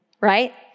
right